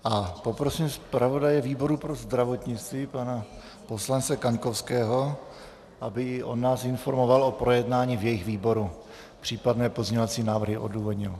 A poprosím zpravodaje výboru pro zdravotnictví pana poslance Kaňkovského, aby nás informoval o projednání v jejich výboru, případné pozměňovací návrhy odůvodnil.